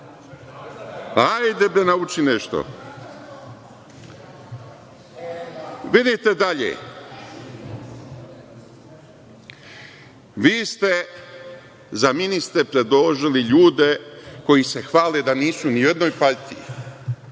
Hajde, bre, nauči nešto. Vidite dalje, vi ste za ministre predložili ljude koji se hvale da nisu ni u jednoj partiji,